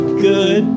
good